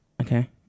Okay